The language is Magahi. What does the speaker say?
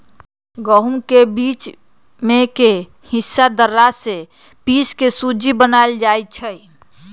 गहुम के बीच में के हिस्सा दर्रा से पिसके सुज्ज़ी बनाएल जाइ छइ